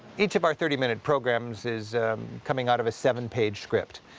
each of our thirty minute programs is coming out of a seven-page script,